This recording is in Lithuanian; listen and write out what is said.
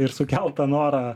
ir sukelt tą norą